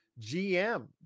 GM